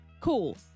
cool